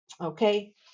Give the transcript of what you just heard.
Okay